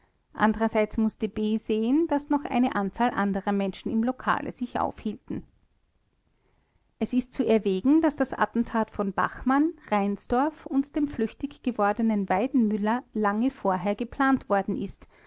andererseits mußte b sehen daß noch eine anzahl anderer menschen im lokale sich aufhielten es ist zu erwägen daß das attentat von bachmann reinsdorf und dem flüchtig gewordenen weidenmüller lange vorher geplant worden ist